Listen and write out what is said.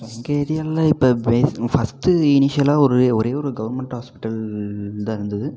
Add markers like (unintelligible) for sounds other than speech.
எங்கள் ஏரியாவில் இப்போ (unintelligible) ஃபர்ஸ்ட் இனிசியல்லாக ஒரு ஒரே ஒரு கவர்ன்மெண்ட் ஹாஸ்பிட்டல் தான் இருந்தது